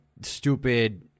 stupid